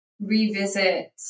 revisit